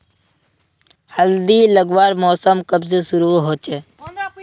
हल्दी लगवार मौसम कब से शुरू होचए?